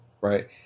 Right